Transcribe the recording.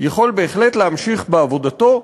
יכול בהחלט להמשיך בעבודתו,